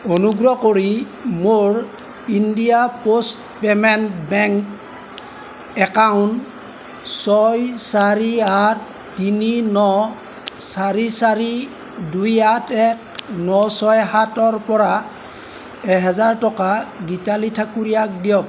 অনুগ্ৰহ কৰি মোৰ India post payment bank account ছয় চাৰি আঠ তিনি ন চাৰি চাৰি দুই আঠ এক ন ছয় সাতৰপৰা এহেজাৰ টকা গীতালি ঠাকুৰীয়াক দিয়ক